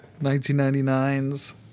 1999's